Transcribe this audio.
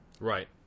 Right